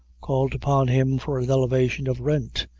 called upon him for an elevation of rent,